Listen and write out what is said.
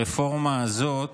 הרפורמה הזאת,